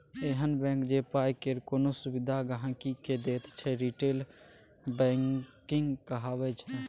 एहन बैंक जे पाइ केर कोनो सुविधा गांहिकी के दैत छै रिटेल बैंकिंग कहाबै छै